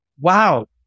wow